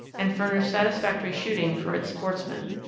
and furnish satisfactory shooting for its sportsmen.